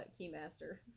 Keymaster